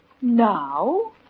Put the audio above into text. Now